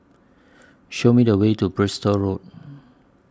Show Me The Way to Bristol Road